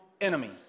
enemy